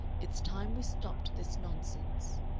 it's time we stopped this nonsense.